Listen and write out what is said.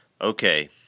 Okay